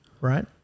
right